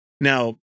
Now